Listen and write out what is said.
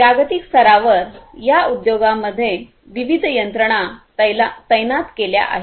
जागतिक स्तरावर या उद्योगांमध्ये विविध यंत्रणा तैनात केल्या आहेत